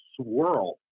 swirl